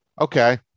Okay